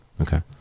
Okay